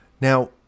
Now